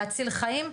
להציל חיים.